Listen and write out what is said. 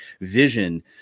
vision